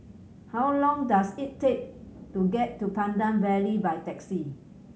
how long does it take to get to Pandan Valley by taxi